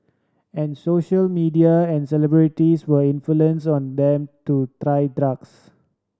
and social media and celebrities were influence on them to try drugs